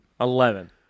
Eleven